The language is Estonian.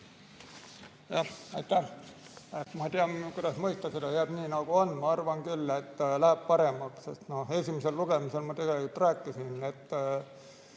ei tea, kuidas mõjutab, et kas jääb nii nagu on. Ma arvan küll, et läheb paremaks. Esimesel lugemisel ma tegelikult rääkisin,